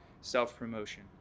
self-promotion